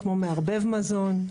כמו מערבב מזון,